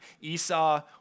Esau